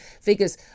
figures